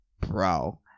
Bro